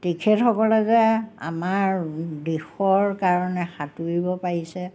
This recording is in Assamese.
তেখেতসকলে যে আমাৰ দেশৰ কাৰণে সাঁতোৰিব পাৰিছে